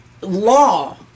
Law